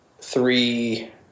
three